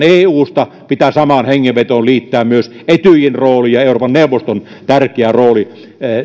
eusta pitää samaan hengenvetoon liittää myös etyjin rooli ja euroopan neuvoston tärkeä rooli